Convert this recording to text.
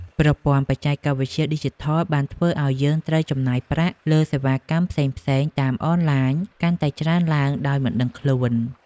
ប្រព័ន្ធបច្ចេកវិទ្យាឌីជីថលបានធ្វើឱ្យយើងត្រូវចំណាយប្រាក់លើសេវាកម្មផ្សេងៗតាមអនឡាញកាន់តែច្រើនឡើងដោយមិនដឹងខ្លួន។